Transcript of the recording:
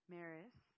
Maris